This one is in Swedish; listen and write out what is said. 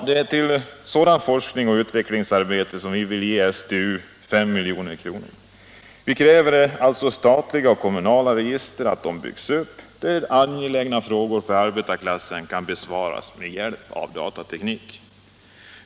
Det är till sådant forskningsoch utvecklingsarbete som vi vill ge STU 5 milj.kr. Vi kräver sålunda att statliga och kommunala register byggs upp, där för arbetarklassen angelägna frågor kan besvaras med hjälp av datateknik.